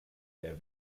der